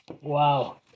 Wow